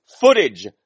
footage